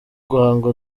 guhanga